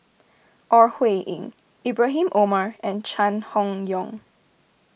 Ore Huiying Ibrahim Omar and Chai Hon Yoong